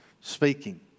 speaking